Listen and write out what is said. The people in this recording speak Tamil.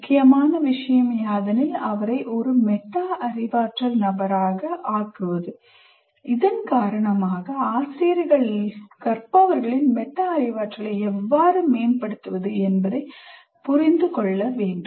முக்கியமான விஷயம் யாதெனில் அவரை ஒரு மெட்டா அறிவாற்றல் நபராக ஆக்குகிறது இதன் காரணமாக ஆசிரியர்கள் கற்பவர்களின் மெட்டா அறிவாற்றலை எவ்வாறு மேம்படுத்துவது என்பதை புரிந்து கொள்ள வேண்டும்